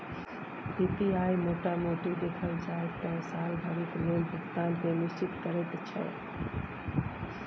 PPI मोटा मोटी देखल जाइ त साल भरिक लेल भुगतान केँ निश्चिंत करैत छै